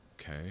okay